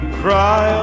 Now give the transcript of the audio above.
cry